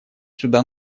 сюда